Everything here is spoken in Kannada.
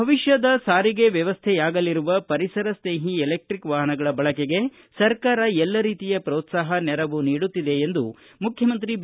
ಭವಿಷ್ಯದ ಸಾರಿಗೆ ವ್ಯವಸ್ಥೆಯಾಗಲಿರುವ ಪರಿಸರ ಸ್ನೇಹಿ ಎಲೆಕ್ಟಿಕ್ ವಾಹನಗಳ ಬಳಕೆಗೆ ಸರ್ಕಾರ ಎಲ್ಲ ರೀತಿಯ ಪೋತ್ಸಾಪ ನೆರವು ನೀಡುತ್ತಿದೆ ಎಂದು ಮುಖ್ಯಮಂತ್ರಿ ಬಿ